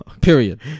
period